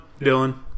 Dylan